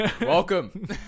welcome